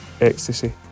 Ecstasy